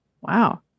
Wow